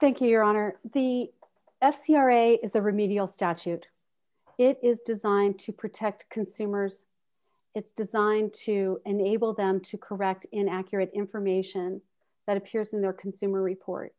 your honor the f e r a is a remedial statute it is designed to protect consumers it's designed to enable them to correct in accurate information that appears in their consumer report